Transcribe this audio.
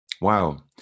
Wow